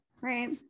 Right